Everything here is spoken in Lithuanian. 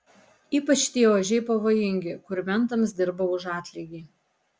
ypač tie ožiai pavojingi kur mentams dirba už atlygį